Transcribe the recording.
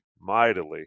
mightily